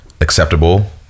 acceptable